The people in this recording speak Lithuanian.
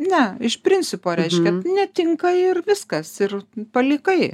ne iš principo reiškia netinka ir viskas ir palikai